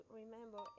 remember